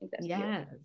yes